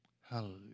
Hallelujah